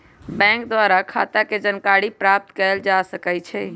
bank द्वारा खता के जानकारी प्राप्त कएल जा सकइ छइ